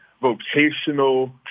vocational